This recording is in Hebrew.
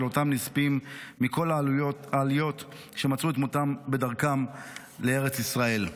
הנספים מכל העליות שמצאו את מותם בדרכם לארץ ישראל.